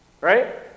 Right